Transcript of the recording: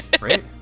right